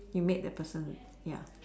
you made the person ya